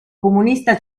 comunista